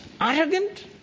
arrogant